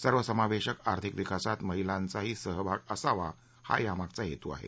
सर्वसमावेशक आर्थिक विकासात महिलांचाही सहभाग असावा हा यामगाचा हेतू आहे